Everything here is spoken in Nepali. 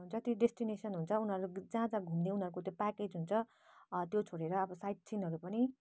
जति डेस्टिनेसन हुन्छ उनीहरू जहाँ जहाँ घुम्ने उनीहरूको त्यो प्याकेज हुन्छ त्यो छोडेर अब साइट सिनहरू पनि